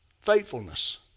Faithfulness